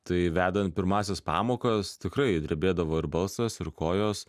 tai vedant pirmąsias pamokas tikrai drebėdavo ir balsas ir kojos